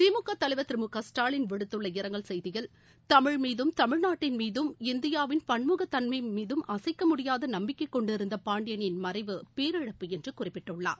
திமுக தலைவர் திரு மு க ஸ்டாலின் விடுத்தள்ள இரங்கல் செய்தியில் தமிழ் மீதம் தமிழ்நாட்டின் மீதும் இந்தியாவின் பன்முகத் தன்மை மீதும் அசைக்க முடியாத நம்பிக்கை கொண்டிருந்த பாண்டியனின் மறைவு பேரிழப்பு என்று குறிப்பிட்டுள்ளார்